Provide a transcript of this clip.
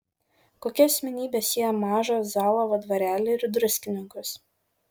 kokia asmenybė sieja mažą zalavo dvarelį ir druskininkus